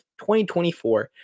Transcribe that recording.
2024